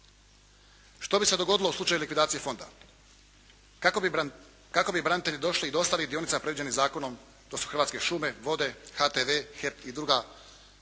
Što bi se dogodilo u slučaju likvidacije fonda? Kako bi branitelji došli do ostalih dionica predviđenih zakonom, to su Hrvatske šume, vode, HTV, HEP i druga